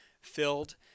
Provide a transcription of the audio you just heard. filled